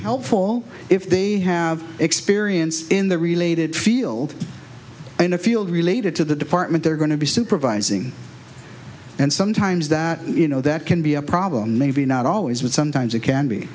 helpful if they have experience in the related field in a field related to the department they're going to be supervising and sometimes that you know that can be a problem maybe not always but sometimes it can be